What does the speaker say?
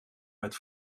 met